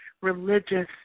religious